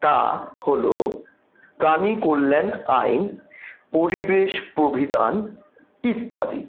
তা হল প্রাণী কল্যাণ আইন পরিবেশ প্রবিধান ইত্যাদি